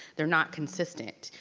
they're not consistent,